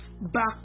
back